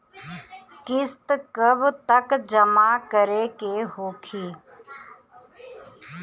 किस्त कब तक जमा करें के होखी?